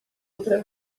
outra